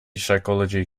psychology